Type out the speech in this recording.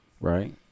right